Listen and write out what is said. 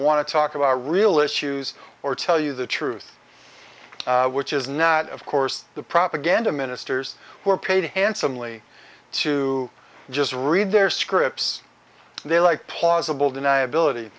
want to talk about real issues or tell you the truth which is not of course the propaganda ministers who are paid handsomely to just read their scripts they like plausible deniability